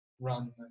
run